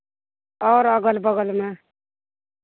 आओर अगल बगलमे